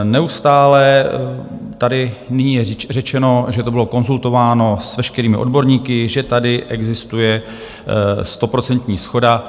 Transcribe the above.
Neustále tady nyní je řečeno, že to bylo konzultováno s veškerými odborníky, že tady existuje stoprocentní shoda.